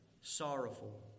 sorrowful